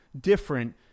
different